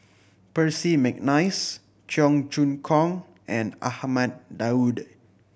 Percy McNeice Cheong Choong Kong and Ahmad Daud